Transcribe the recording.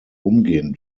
umgehen